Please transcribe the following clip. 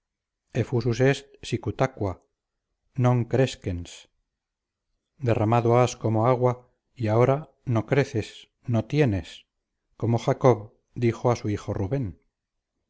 derramado has como agua y ahora no creces no tienes como jacob dijo a su hijo rubén